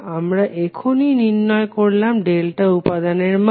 আমরা এখুনি নির্ণয় করলাম ডেল্টা উপাদানের মান